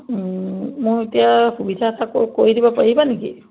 মোৰ এতিয়া সুবিধা থাকৰ কৰি দিব পাৰিবা নেকি